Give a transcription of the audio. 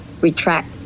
retract